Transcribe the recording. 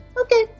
okay